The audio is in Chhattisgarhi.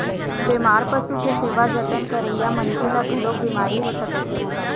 बेमार पशु के सेवा जतन करइया मनखे ल घलोक बिमारी हो सकत हे